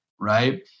Right